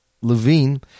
Levine